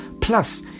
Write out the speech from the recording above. Plus